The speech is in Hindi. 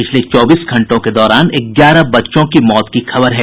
पिछले चौबीस घंटों के दौरान ग्यारह बच्चों की मौत की खबर है